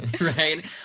Right